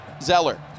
Zeller